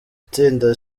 itsinda